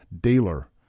dealer